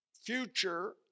future